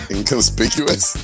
Inconspicuous